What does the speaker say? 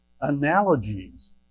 analogies